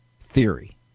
Theory